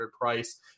price